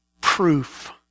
proof